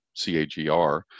CAGR